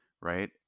right